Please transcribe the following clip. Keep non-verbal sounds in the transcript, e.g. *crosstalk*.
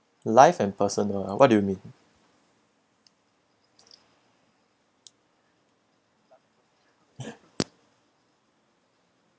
life and personal what do you mean *breath*